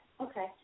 Okay